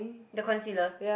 the concealer